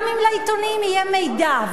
גם אם לעיתונים יהיה מידע,